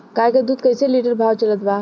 गाय के दूध कइसे लिटर भाव चलत बा?